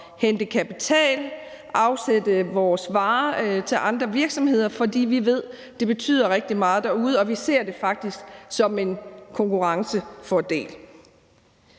hente kapital og afsætte vores varer til andre virksomheder, fordi vi ved, at det betyder rigtig meget derude, og vi ser det faktisk som en konkurrencefordel.